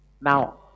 Now